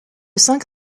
cinq